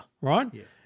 right